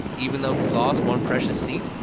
even though he's lost one precious seat?